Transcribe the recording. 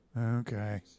Okay